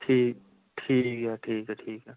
ਠੀਕ ਠੀਕ ਆ ਠੀਕ ਆ ਠੀਕ ਆ